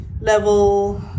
level